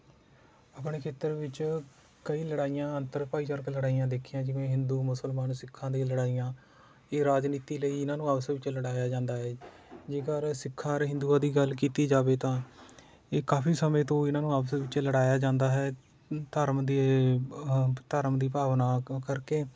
ਆਪਣੇ ਖੇਤਰ ਵਿੱਚ ਕਈ ਲੜਾਈਆਂ ਅੰਤਰ ਭਾਈਚਾਰਕ ਲੜਾਈਆਂ ਦੇਖੀਆਂ ਜਿਵੇਂ ਹਿੰਦੂ ਮੁਸਲਮਾਨ ਸਿੱਖਾਂ ਦੀ ਲੜਾਈਆਂ ਇਹ ਰਾਜਨੀਤੀ ਲਈ ਇਹਨਾਂ ਨੂੰ ਆਪਸ ਵਿੱਚ ਲੜਾਇਆ ਜਾਂਦਾ ਹੈ ਜੇਕਰ ਸਿੱਖਾਂ ਅਰ ਹਿੰਦੂਆਂ ਦੀ ਗੱਲ ਕੀਤੀ ਜਾਵੇ ਤਾਂ ਇਹ ਕਾਫੀ ਸਮੇਂ ਤੋਂ ਇਹਨਾਂ ਨੂੰ ਆਪਸ ਦੇ ਵਿੱਚ ਲੜਾਇਆ ਜਾਂਦਾ ਹੈ ਧਰਮ ਦੇ ਧਰਮ ਦੀ ਭਾਵਨਾ ਕਰਕੇ